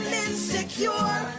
insecure